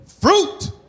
fruit